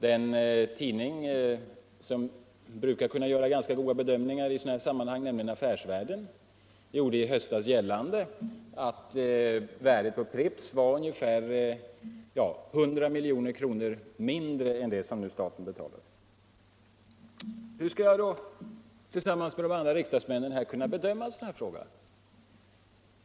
Den tidning som brukar kunna göra ganska goda bedömningar i sådana här sammanhang, nämligen Affärsvärlden, gjorde i höstas gällande att värdet på Pripps var ungefär 100 milj.kr. mindre än det pris staten betalar. Hur skall jag tillsammans med de andra riksdagsmännen kunna bedöma en sådan här — Nr 23 fråga?